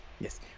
Yes